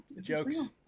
jokes